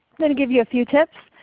going to give you a few tips.